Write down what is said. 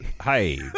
Hi